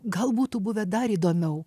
gal būtų buvę dar įdomiau